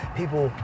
people